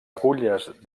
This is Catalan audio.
agulles